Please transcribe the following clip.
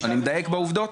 אני מדייק בעובדות?